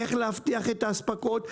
איך להבטיח את האספקות,